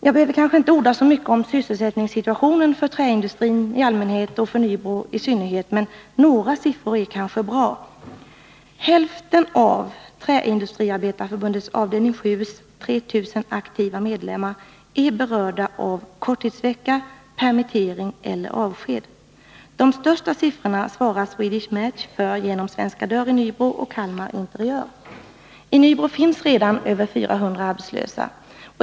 Jag behöver kanske inte orda så mycket om sysselsättningssituationen för träindustrin i allmänhet och för Nybro i synnerhet, men några siffror är kanske bra. Hälften av Träindustriarbetareförbundets avdelning 7:s 3000 aktiva medlemmar är berörda av korttidsvecka, permittering eller avsked. De största siffrorna svarar Swedish Match för genom Svenska Dörr AB i Nybro och AB Kalmar Interiör. I Nybro finns redan över 400 arbetslösa.